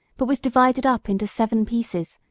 but was divided up into seven pieces,